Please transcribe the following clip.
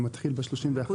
זה מתחיל ב-31 באוגוסט.